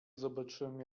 zobaczyłem